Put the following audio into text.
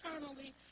eternally